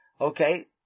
Okay